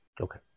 Okay